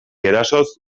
erasoz